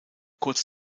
kurz